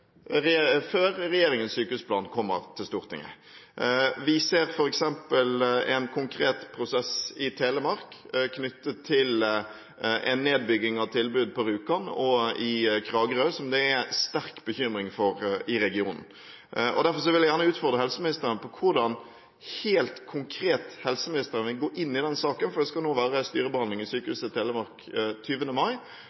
regjeringens sykehusplan kommer til Stortinget. Vi ser f.eks. en konkret prosess i Telemark knyttet til en nedbygging av tilbud i Rjukan, og også i Kragerø, som det er sterk bekymring for i regionen. Derfor vil jeg gjerne utfordre helseministeren på hvordan han helt konkret vil gå inn i denne saken, for det skal nå være styrebehandling i